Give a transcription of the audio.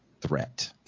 threat